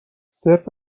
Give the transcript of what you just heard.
صرف